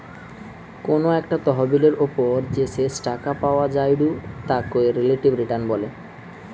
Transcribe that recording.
কোনো একটা তহবিলের ওপর যে শেষ টাকা পাওয়া জায়ঢু তাকে রিলেটিভ রিটার্ন বলে